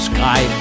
Sky